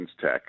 tech